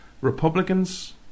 Republicans